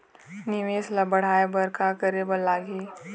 निवेश ला बड़हाए बर का करे बर लगही?